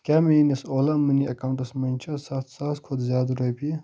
کیٛاہ میٛٲنِس اولا موٚنی ایٚکاونٹَس منٛز چھا سَتھ ساس کھۄتہٕ زیٛادٕ رۄپیہِ